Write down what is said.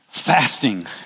Fasting